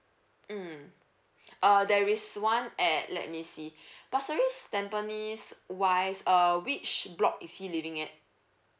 um uh there is one at let me see bursaries tampines wise err which block is he living at